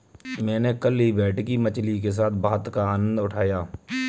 मैंने कल ही भेटकी मछली के साथ भात का आनंद उठाया